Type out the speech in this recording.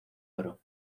oro